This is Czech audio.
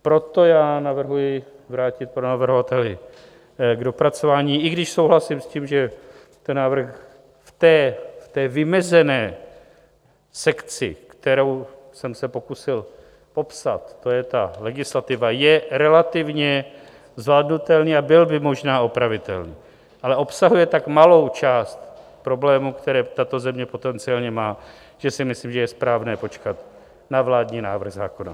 Proto navrhuji vrátit panu navrhovateli k dopracování, i když souhlasím s tím, že ten návrh v té vymezené sekci, kterou jsem se pokusil popsat, to je ta legislativa, je relativně zvládnutelný a byl by možná opravitelný, ale obsahuje tak malou část problémů, které tato země potenciálně má, že si myslím, že je správné počkat na vládní návrh zákona.